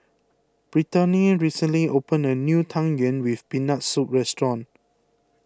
Brittaney recently opened a new Tang Yuen with Peanut Soup restaurant